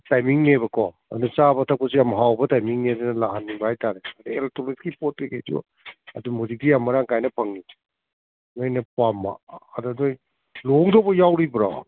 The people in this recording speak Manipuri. ꯇꯥꯏꯃꯤꯡꯄꯦꯕꯀꯣ ꯑꯗꯨꯅ ꯆꯥꯕ ꯊꯛꯄꯁꯨ ꯌꯥꯝ ꯍꯥꯎꯕ ꯇꯥꯏꯃꯤꯡꯅꯦ ꯑꯗꯨꯅ ꯂꯥꯛꯍꯟꯅꯤꯡꯕ ꯍꯥꯏꯇꯥꯔꯦ ꯑꯗꯨꯗꯩ ꯏꯂꯦꯛꯇ꯭ꯔꯣꯅꯤꯛꯀꯤ ꯄꯣꯠ ꯀꯩꯀꯩꯁꯨ ꯑꯗꯨꯝ ꯍꯧꯖꯤꯛꯇꯤ ꯌꯥꯝ ꯃꯔꯥꯡ ꯀꯥꯏꯅ ꯐꯪꯉꯦ ꯅꯣꯏꯅ ꯄꯥꯝꯕ ꯑꯗꯣ ꯅꯣꯏ ꯂꯨꯍꯣꯡꯗꯧꯕ ꯌꯥꯎꯔꯤꯕ꯭ꯔꯣ